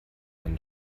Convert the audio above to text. einen